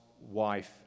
wife